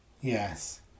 Yes